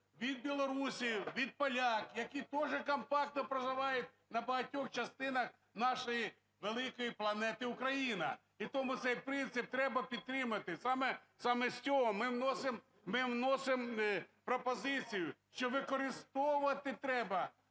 від білорусів, від поляків, які тоже компактно проживають на багатьох частинах нашої великої "планети Україна"? І тому цей принцип треба підтримати. Саме з цього ми вносимо, ми вносимо пропозицію, що використовувати треба